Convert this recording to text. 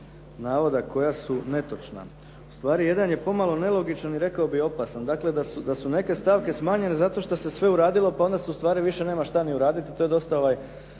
Ustvari jedan je pomalo nelogičan i rekao bih opasan, dakle da su neke stavke smanjenje zato što se sve uradilo pa onda se ustvari nema više šta ni uraditi.